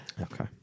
okay